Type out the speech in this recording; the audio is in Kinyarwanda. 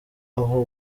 aho